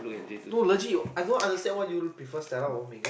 no legit I don't understand why you prefer Stella over Megan